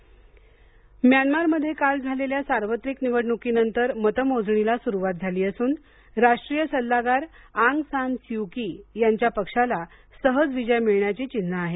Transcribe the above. Myanmar मतमोजणी म्यानमारमध्ये काल झालेल्या सार्वत्रिक निवडणुकीनंतर मतमोजणीला सुरुवात झाली असून राष्ट्रीय सल्लागार आंग सान स्यु की यांच्या पक्षाला सहज विजय मिळण्याची चिन्हे आहेत